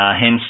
Hence